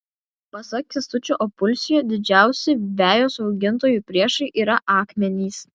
pasak kęstučio opulskio didžiausi vejos augintojų priešai yra akmenys